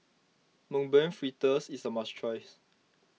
Mung Bean Fritters is a must tries